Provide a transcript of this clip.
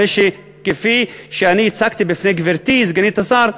הרי כפי שאני הצגתי בפני גברתי סגנית השר,